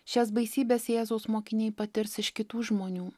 šias baisybes jėzaus mokiniai patirs iš kitų žmonių